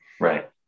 Right